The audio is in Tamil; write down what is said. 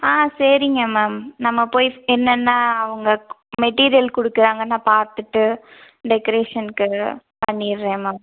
ஆ சரிங்க மேம் நம்ம போய் என்னென்ன அவங்க மெட்டீரியல் கொடுக்குறாங்கன்னு நான் பார்த்துட்டு டெக்ரேஷனுக்கு பண்ணிடுறேன் மேம்